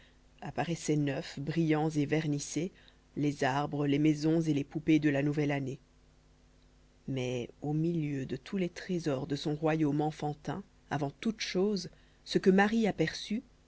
apparaissaient neufs brillants et vernissés les arbres les maisons et les poupées de la nouvelle année mais au milieu de tous les trésors de son royaume enfantin avant toutes choses ce que marie aperçut